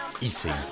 Eating